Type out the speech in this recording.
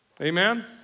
Amen